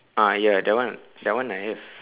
ah ya that one that one I have